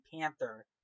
Panther